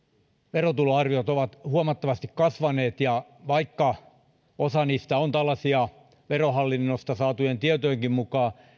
verotuloarviot ovat huomattavasti kasvaneet vaikka osa niistä on verohallinnosta saatujen tietojenkin mukaan tällaisia